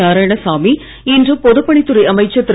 நாராயணசாமி இன்று பொதுப்பணித் துறை அமைச்சர் திரு